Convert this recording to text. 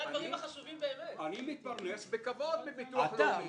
אני מתפרנס בכבוד מביטוח לאומי,